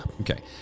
Okay